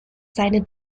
seine